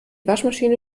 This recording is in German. waschmaschine